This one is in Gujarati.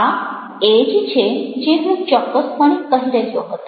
આ એ જ છે જે હું ચોક્કસપણે કહી રહ્યો હતો